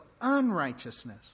unrighteousness